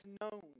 known